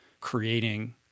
creating